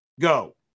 Go